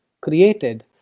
created